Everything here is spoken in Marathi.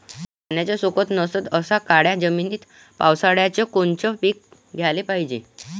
पाण्याचा सोकत नसन अशा काळ्या जमिनीत पावसाळ्यात कोनचं पीक घ्याले पायजे?